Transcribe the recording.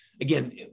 again